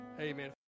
Amen